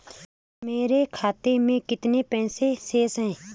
मेरे खाते में कितने पैसे शेष हैं?